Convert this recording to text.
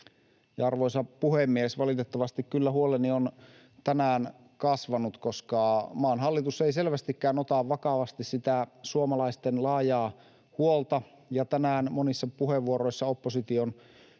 Arvoisa puhemies! Valitettavasti kyllä huoleni on tänään kasvanut, koska maan hallitus ei selvästikään ota vakavasti sitä suomalaisten laajaa huolta ja tänään monissa puheenvuoroissa opposition